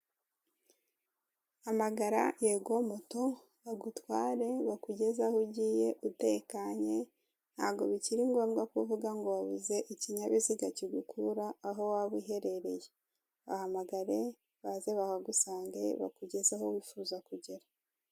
Hamagara yego moto bagutware bakugeze aho ugiye, utekanye. Ntabwo bikiri ngombwa ko uvuga ngo wabuze ikinyabiziga kigukura aho waba uherereye. Bahamagare baze bahagusange, bakugeze aho wifuza kugera.